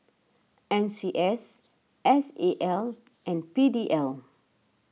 N C S S A L and P D L